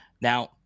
Now